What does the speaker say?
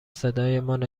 صدایمان